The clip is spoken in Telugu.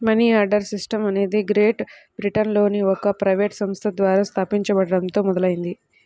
మనియార్డర్ సిస్టమ్ అనేది గ్రేట్ బ్రిటన్లోని ఒక ప్రైవేట్ సంస్థ ద్వారా స్థాపించబడటంతో మొదలైంది